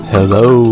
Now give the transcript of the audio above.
Hello